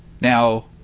Now